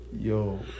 Yo